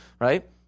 right